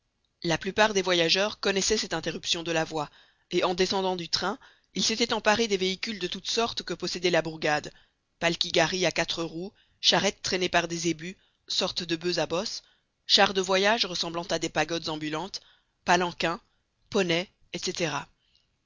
la plupart des voyageurs connaissaient cette interruption de la voie et en descendant du train ils s'étaient emparés des véhicules de toutes sortes que possédait la bourgade palkigharis à quatre roues charrettes traînées par des zébus sortes de boeufs à bosses chars de voyage ressemblant à des pagodes ambulantes palanquins poneys etc